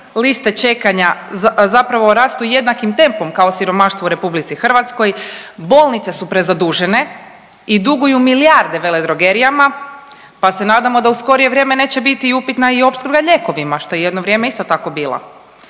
liste čekanja zapravo rastu jednakim tempom kao siromaštvo u RH, bolnice su prezadužene i duguju milijarde veledrogerijama pa s nadamo da u skorije vrijeme neće biti upitna i opskrba lijekovima što je jedno vrijeme isto tako bila.